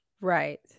Right